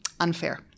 unfair